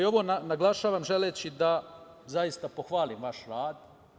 Ovo naglašavam želeći da zaista pohvalim vaš rad.